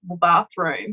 bathroom